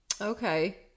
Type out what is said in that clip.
Okay